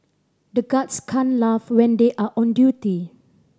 the guards can't laugh when they are on duty